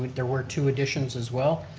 there were two additions as well.